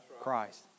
Christ